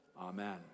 Amen